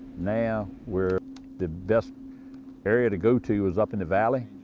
now, we're the best area to go to is up in the valley,